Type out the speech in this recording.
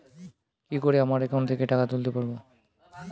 কি করে আমার একাউন্ট থেকে টাকা তুলতে পারব?